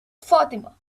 fatima